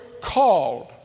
called